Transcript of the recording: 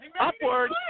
upward